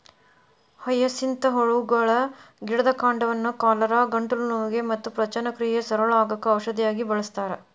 hyacinth ಹೂಗಳ ಗಿಡದ ಕಾಂಡವನ್ನ ಕಾಲರಾ, ಗಂಟಲು ನೋವಿಗೆ ಮತ್ತ ಪಚನಕ್ರಿಯೆ ಸರಳ ಆಗಾಕ ಔಷಧಿಯಾಗಿ ಬಳಸ್ತಾರ